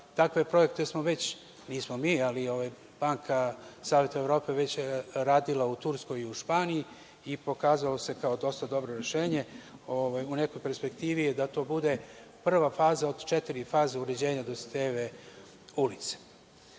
takve projekte smo već, nismo mi, ali Banka Saveta Evrope već je radila u Turskoj i Španija i pokazalo se kao dosta dobro rešenje i u nekoj perspektivi je da to bude prva faza od četiri faze uređenja Dositejeve ulice.S